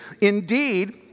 Indeed